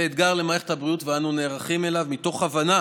זה אתגר למערכת הבריאות ואנו נערכים אליו מתוך הבנה